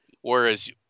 Whereas